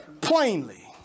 plainly